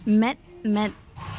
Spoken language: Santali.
ᱢᱮᱸᱫᱼᱢᱮᱸᱫ